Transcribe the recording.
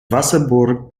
wasserburg